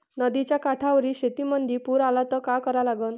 नदीच्या काठावरील शेतीमंदी पूर आला त का करा लागन?